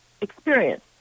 experience